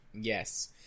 yes